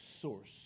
source